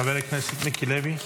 חבר הכנסת מיקי לוי.